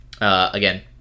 Again